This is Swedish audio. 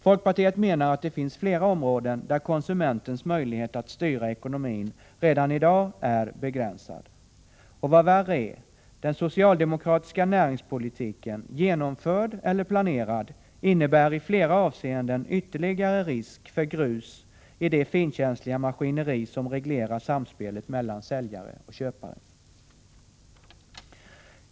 Folkpartiet menar att det finns flera områden där konsumentens möjlighet att styra ekonomin redan i dag är begränsad. Och — vad värre är — den socialdemokratiska näringspolitiken, genomförd eller planerad, innebär i flera avseenden ytterligare risk för grus i det finkänsliga maskineri som reglerar samspelet mellan säljare och köpare.